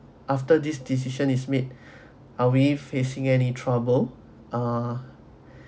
after this decision is made are we facing any trouble ah